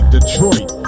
Detroit